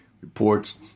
reports